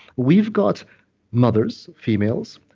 we've got mothers, females,